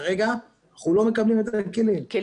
כרגע אנחנו לא מקבלים את הכלים.